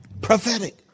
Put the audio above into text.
Prophetic